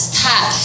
tap